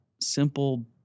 simple